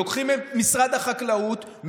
לוקחים את משרד החקלאות,